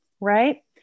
right